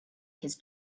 his